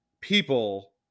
people